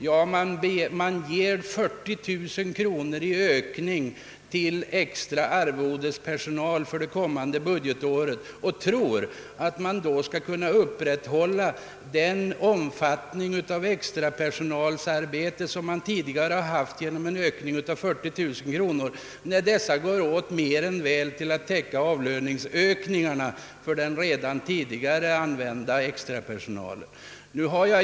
Ja, man ger 40 000 kronor mer till extra arvodespersonal för det kommande budgetåret och tror att verket skall kunna upprätthålla samma omfattning som tidigare av extraperso nalens insatser, fastän de 40 000 kronorna mer än väl går åt till avlöningsökningar åt extrapersonalen.